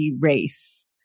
race